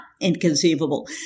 inconceivable